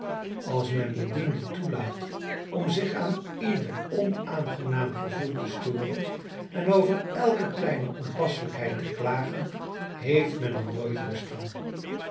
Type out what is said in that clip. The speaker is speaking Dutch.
als men bedienden toelaat om zich aan ieder onaangenaam gevoel te storen en over elke kleine onpasselijkheid te klagen heeft men er nooit rust van